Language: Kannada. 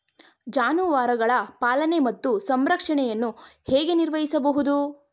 ಜಾನುವಾರುಗಳ ಪಾಲನೆ ಮತ್ತು ಸಂರಕ್ಷಣೆಯನ್ನು ಹೇಗೆ ನಿರ್ವಹಿಸಬಹುದು?